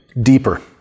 deeper